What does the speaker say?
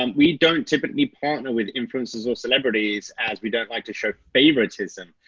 um we don't typically partner with influencers or celebrities as we don't like to show favoritism.